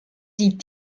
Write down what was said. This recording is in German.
sie